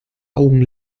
augen